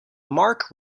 mark